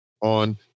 on